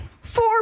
four